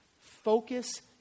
focus